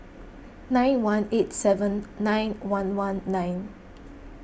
nine one eight seven nine one one nine